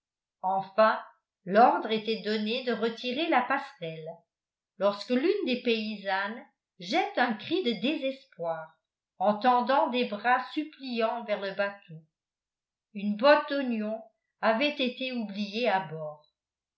enfin l'ordre était donné de retirer la passerelle lorsque l'une des paysannes jette un cri de désespoir en tendant des bras suppliants vers le bateau une botte d'oignons avait été oubliée à bord